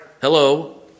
Hello